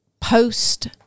post